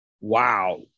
wow